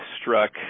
struck